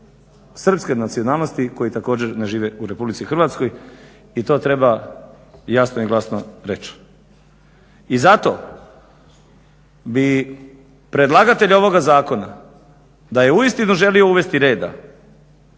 srpske nacionalnosti koji također ne žive u Republici Hrvatskoj i to treba jasno i glasno reći. I zato bi predlagatelj ovoga zakona, da je uistinu želio uvesti reda